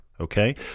okay